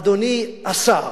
אדוני השר,